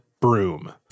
broom